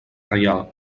reial